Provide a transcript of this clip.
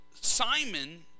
simon